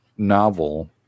novel